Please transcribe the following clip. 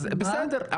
אז בסדר.